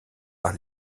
par